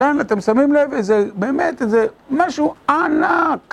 כאן אתם שמים לב, זה באמת, זה משהו ענק!